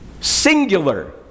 singular